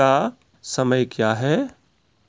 फुल की खेती का समय क्या हैं?